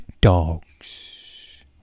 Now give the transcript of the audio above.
dogs